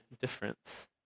difference